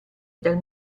dal